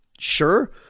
Sure